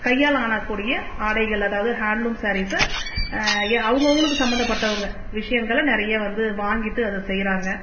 கையாலாக கூடிய ஆடைகள் அதாவது ஹேண்ட் லூம் சாரீஸ் ஏ அவங்கவங்களுக்கு சம்மந்தப்பட்டவங்க விஷயங்களை நிறைய வந்து வாங்கிட்டு அதை செய்கிறாங்க